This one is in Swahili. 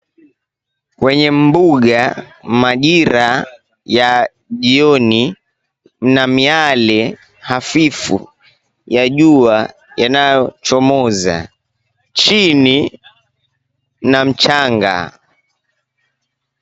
Kwenye mbuga majira ya jioni na miyale hafifu ya jua yanayochomoza chini ina mchanga.